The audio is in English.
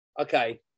okay